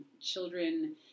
children